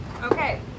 Okay